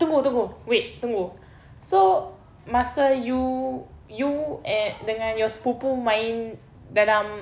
tunggu tunggu wait tunggu so masa you you and dengan your sepupu main dalam